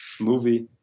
movie